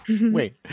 Wait